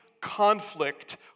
conflict